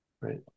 right